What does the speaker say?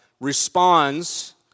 responds